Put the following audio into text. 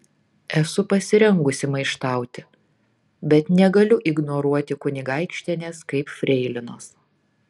esu pasirengusi maištauti bet negaliu ignoruoti kunigaikštienės kaip freilinos